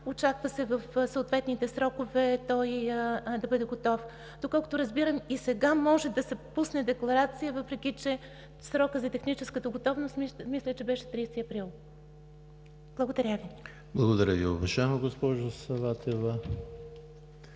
очаква в съответните срокове той да бъде готов. Доколкото разбирам и сега може да се пусне декларация, въпреки че срокът за техническата готовност мисля, че беше 30 април. Благодаря. ПРЕДСЕДАТЕЛ ЕМИЛ ХРИСТОВ: Благодаря Ви, уважаема госпожо Саватева.